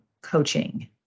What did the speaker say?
coaching